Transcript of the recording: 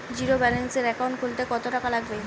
জিরোব্যেলেন্সের একাউন্ট খুলতে কত টাকা লাগবে?